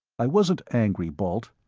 i wasn't angry, balt.